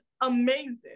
amazing